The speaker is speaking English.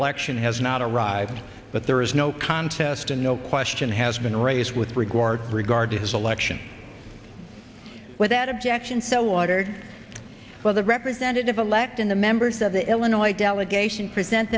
election has not arrived but there is no contest and no question has been raised with regard regard to selection without objection so ordered well the representative elect in the members of the illinois delegation present